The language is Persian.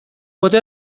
بدو